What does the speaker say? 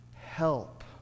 help